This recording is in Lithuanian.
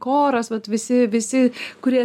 koras vat visi visi kurie